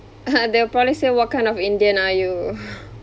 they'll probably say what kind of indian are you